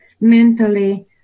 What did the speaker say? mentally